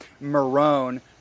Maroon